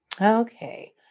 Okay